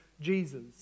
Jesus